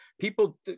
People